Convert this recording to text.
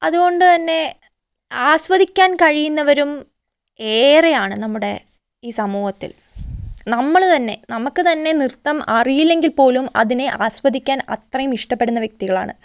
അതുകൊണ്ടു തന്നെ ആസ്വദിക്കാൻ കഴിയുന്നവരും ഏറെയാണ് നമ്മുടെ ഈ സമൂഹത്തിൽ നമ്മള് തന്നെ നമുക്ക് തന്നെ നൃത്തം അറിയില്ലെങ്കിൽ പോലും അതിനെ ആസ്വദിക്കാൻ അത്രയും ഇഷ്ടപ്പെടുന്ന വ്യക്തികളാണ്